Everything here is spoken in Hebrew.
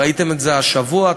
ראיתם את זה השבוע,